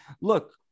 look